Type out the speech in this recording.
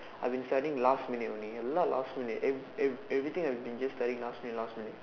I been study last minute only la~ last minute ev~ ev~ everything I been just study last minute last minute